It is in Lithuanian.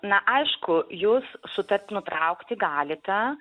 na aišku jūs sutartį nutraukti galite